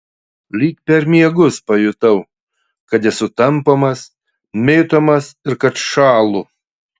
lyg per miegus pajutau kad esu tampomas mėtomas ir kad šąlu